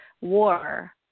war